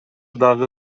дагы